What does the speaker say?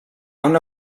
una